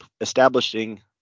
establishing